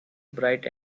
bright